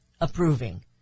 approving